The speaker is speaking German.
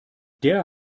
der